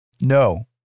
No